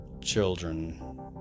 children